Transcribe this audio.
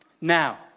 Now